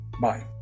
bye